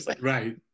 Right